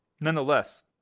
nonetheless